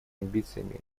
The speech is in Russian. амбициями